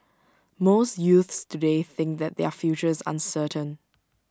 most youths today think that their future is uncertain